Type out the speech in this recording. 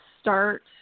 start